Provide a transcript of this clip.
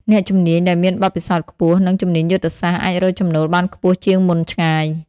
អ្នកជំនាញដែលមានបទពិសោធន៍ខ្ពស់ និងជំនាញយុទ្ធសាស្ត្រអាចរកចំណូលបានខ្ពស់ជាងមុនឆ្ងាយ។